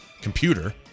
computer